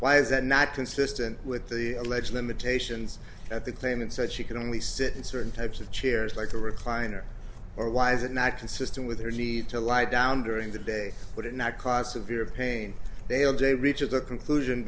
why is that not consistent with the alleged limitations that the claimant said she could only sit in certain types of chairs like a recliner or why is it not consistent with her need to lie down during the day but it not cause severe pain they all day reaches a conclusion